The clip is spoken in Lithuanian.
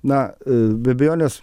na be abejonės